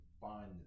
find